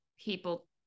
people